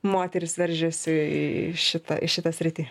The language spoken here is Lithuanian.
moterys veržiasi į šitą į šitą sritį